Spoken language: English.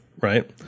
right